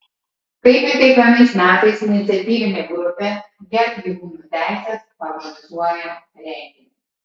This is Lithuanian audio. kaip ir kiekvienais metais iniciatyvinė grupė gerbk gyvūnų teises organizuoja renginį